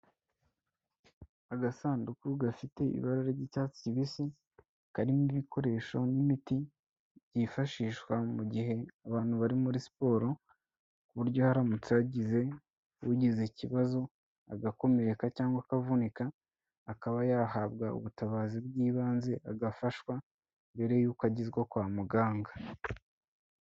Agasanduku gafite ibara ry'icyatsi kibisi karimo ibikoresho n'imiti byifashishwa mu gihe abantu bari muri siporo ku buryo haramutse hagize ugize ikibazo agakomereka cyangwa akavunika akaba yahabwa ubutabazi bw'ibanze agafashwa, mbere yuko agezwa kwa muganga.